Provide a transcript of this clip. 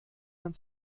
man